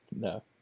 no